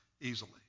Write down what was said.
easily